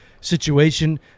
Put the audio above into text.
situation